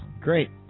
Great